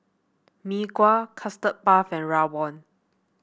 Mee Kuah Custard Puff and rawon